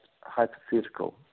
hypothetical